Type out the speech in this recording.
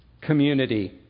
community